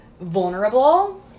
vulnerable